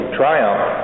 triumph